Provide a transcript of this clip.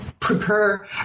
Prepare